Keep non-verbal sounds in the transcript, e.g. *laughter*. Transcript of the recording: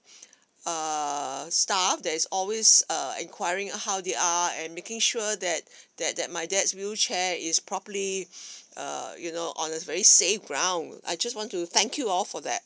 err staff that is always err enquiring how they are and making sure that that that my dad's wheelchair is properly *breath* err you know on a very safe ground I just want to thank you all for that